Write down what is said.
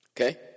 okay